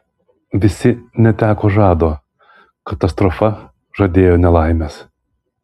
visi neteko žado katastrofa žadėjo nelaimes